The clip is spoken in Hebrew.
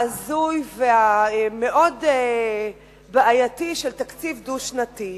ההזוי והמאוד בעייתי של תקציב דו-שנתי,